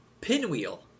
Pinwheel